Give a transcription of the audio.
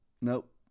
Nope